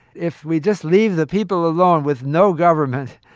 if we just leave the people alone with no government,